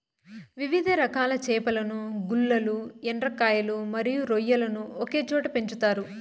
వివిధ రకాల చేపలను, గుల్లలు, ఎండ్రకాయలు మరియు రొయ్యలను ఒకే చోట పెంచుతారు